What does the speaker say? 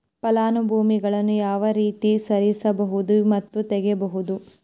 ಫಲಾನುಭವಿಗಳನ್ನು ಯಾವ ರೇತಿ ಸೇರಿಸಬಹುದು ಮತ್ತು ತೆಗೆಯಬಹುದು?